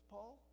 Paul